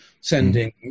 sending